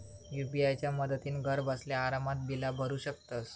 UPI च्या मदतीन घरबसल्या आरामात बिला भरू शकतंस